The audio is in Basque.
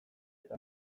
eta